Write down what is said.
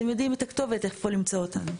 אז הם יודעים את הכתובת איפה למצוא אותנו.